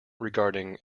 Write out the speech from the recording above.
regarding